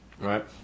Right